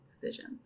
decisions